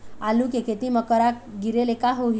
आलू के खेती म करा गिरेले का होही?